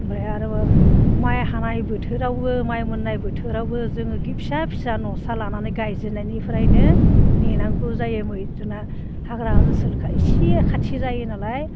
ओमफ्राय आरो माइ हानाय बोथोरावबो माइ मोननाय बोथोरावबो जोङो फिसा फिसा न'सा लानानै गायजेननायनिफ्रायनो नेनांगौ जायो जोंना हाग्रा ओनसोलखाय इसे खाथि जायोनालाय